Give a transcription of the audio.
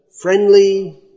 friendly